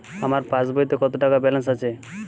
আমার পাসবইতে কত টাকা ব্যালান্স আছে?